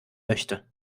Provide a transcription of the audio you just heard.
möchte